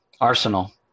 Arsenal